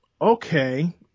Okay